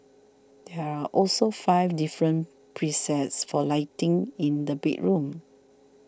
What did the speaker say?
there are also five different presets for lighting in the bedroom